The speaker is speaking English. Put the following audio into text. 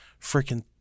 freaking